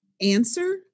answer